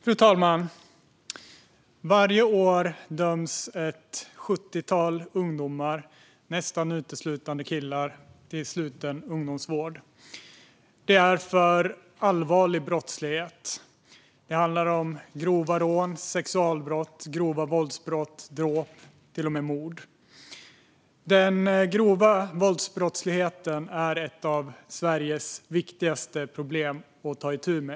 Fru talman! Varje år döms ett sjuttiotal ungdomar, nästan uteslutande killar, till sluten ungdomsvård. De döms för allvarlig brottslighet. Det handlar om grova rån, sexualbrott, grova våldsbrott, dråp och till och med mord. Den grova våldsbrottsligheten är ett av Sveriges viktigaste problem att ta itu med.